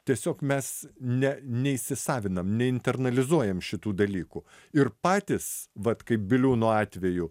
tiesiog mes ne neįsisavinam neinternalizuojam šitų dalykų ir patys vat kaip biliūno atveju